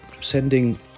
sending